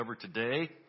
today